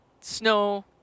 snow